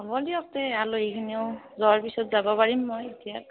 হ'ব দিয়ক তে আলহীখিনিও যোৱাৰ পিছত যাব পাৰিম মই দিয়ক